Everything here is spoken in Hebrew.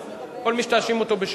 כל מי שאתה מאשים אותו בשקר,